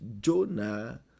Jonah